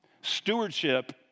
Stewardship